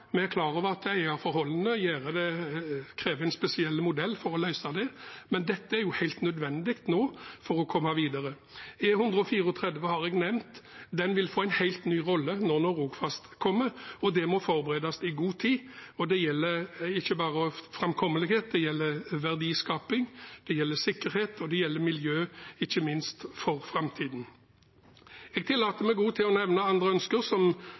Vi er klar over at eierforholdene krever en spesiell modell for å løse det, men dette er helt nødvendig nå for å komme videre. E134 har jeg nevnt. Den vil få en helt ny rolle nå når Rogfast kommer, og det må forberedes i god tid. Det gjelder ikke bare framkommelighet, men også verdiskaping, sikkerhet og miljø, ikke minst for framtiden. Jeg tillater meg også å nevne andre ønsker som